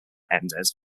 ended